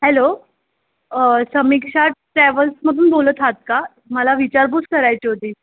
hello Samiksha ट्रॅवल्समधून बोलत आहात का मला विचारपूस करायची होती